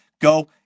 Go